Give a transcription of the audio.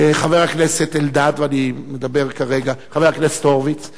חבר הכנסת אלדד, חבר הכנסת הורוביץ,